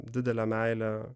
didelė meilė